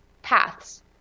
Paths